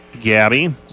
Gabby